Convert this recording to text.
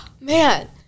man